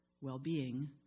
well-being